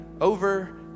over